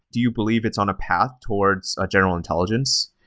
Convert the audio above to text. do you believe it's on a path towards a general intelligence?